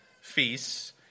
feasts